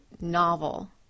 novel